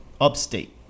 upstate